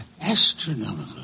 astronomical